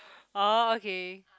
orh okay